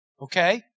Okay